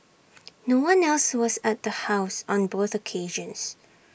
no one else was at the house on both occasions